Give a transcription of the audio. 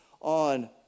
on